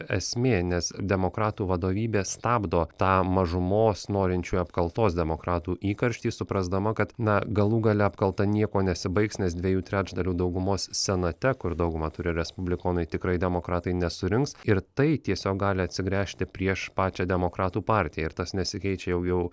esmė nes demokratų vadovybė stabdo tą mažumos norinčių apkaltos demokratų įkarštį suprasdama kad na galų gale apkalta niekuo nesibaigs nes dviejų trečdalių daugumos senate kur daugumą turi respublikonai tikrai demokratai nesurinks ir tai tiesiog gali atsigręžti prieš pačią demokratų partiją ir tas nesikeičia jau jau